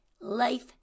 life